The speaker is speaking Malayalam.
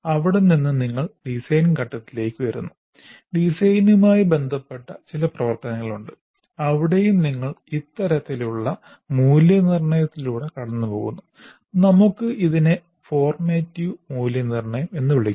അവിടെ നിന്ന് നിങ്ങൾ ഡിസൈൻ ഘട്ടത്തിലേക്കു വരുന്നു ഡിസൈനുമായി ബന്ധപ്പെട്ട ചില പ്രവർത്തനങ്ങൾ ഉണ്ട് അവിടെയും നിങ്ങൾ ഇത്തരത്തിലുള്ള മൂല്യനിർണ്ണയത്തിലൂടെ കടന്നുപോകുന്നു നമുക്ക് ഇതിനെ ഫോർമാറ്റീവ് മൂല്യനിർണ്ണയം എന്ന് വിളിക്കാം